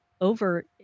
over